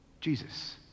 Jesus